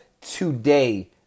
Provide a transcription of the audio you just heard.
today